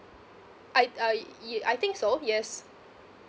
I I ye~ I think so yes